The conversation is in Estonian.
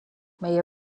meie